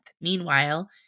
Meanwhile